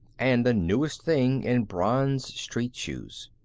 and the newest thing in bronze street shoes.